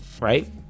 right